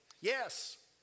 Yes